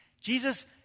Jesus